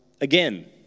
again